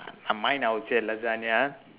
uh uh mine I will say lasagna